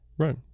Right